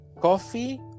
Coffee